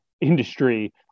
industry